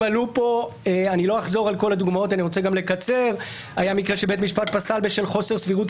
אולי תלמדו גם קצת איך פועלים בנימוס.